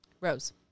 Rose